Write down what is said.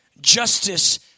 justice